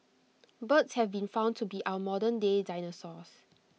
birds have been found to be our modernday dinosaurs